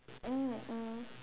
mm mm